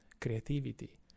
creativity